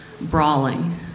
Brawling